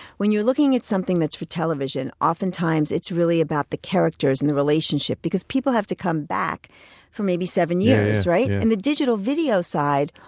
when you're looking at something that's for television, oftentimes it's really about the characters and the relationship because people have to come back for maybe seven years, right? in and the digital video side,